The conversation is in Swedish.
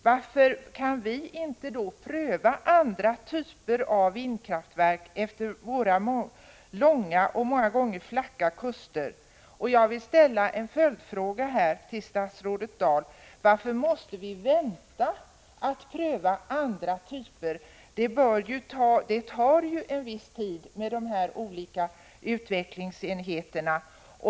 Varför kan vi inte då pröva andra typer av vindkraftverk efter våra långa och många gånger flacka kuster? Jag vill ställa en följdfråga till statsrådet Dahl: Varför måste vi vänta med att pröva andra typer? Det tar ju en viss tid med de olika utvecklingsenheterna.